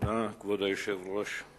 כבוד היושב-ראש,